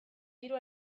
hiru